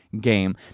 game